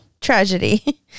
tragedy